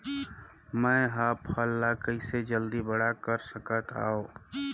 मैं ह फल ला कइसे जल्दी बड़ा कर सकत हव?